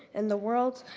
in the world,